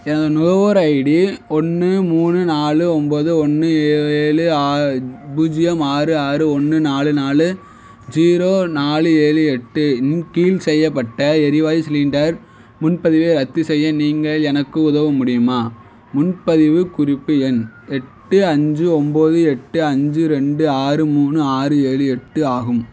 எனது நுகர்வோர் ஐடி ஒன்று மூணு நாலு ஒம்போது ஒன்று ஏழு ஆ பூஜ்ஜியம் ஆறு ஆறு ஒன்று நாலு நாலு ஜீரோ நாலு ஏழு எட்டு இன் கீ ழ் செய்யப்பட்ட எரிவாயு சிலிண்டர் முன்பதிவை ரத்து செய்ய நீங்கள் எனக்கு உதவ முடியுமா முன்பதிவு குறிப்பு எண் எட்டு அஞ்சு ஒம்பது எட்டு அஞ்சு ரெண்டு ஆறு மூணு ஆறு ஏழு எட்டு ஆகும்